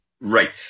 Right